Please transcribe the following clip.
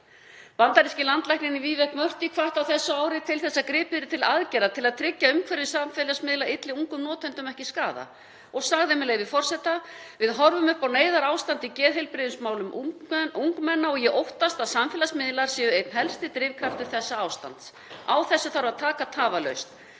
Bandaríski landlæknirinn Vivek Murthy hvatti á þessu ári til þess að gripið yrði til aðgerða til að tryggja að umhverfi samfélagsmiðla ylli ungum notendum ekki skaða og sagði, með leyfi forseta: Við horfum upp á neyðarástand í geðheilbrigðismálum ungmenna og ég óttast að samfélagsmiðlar séu einn helsti drifkraftur þessa ástands. Á þessu þarf að taka tafarlaust.